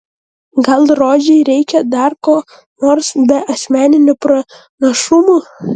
gal rožei reikia dar ko nors be asmeninių pranašumų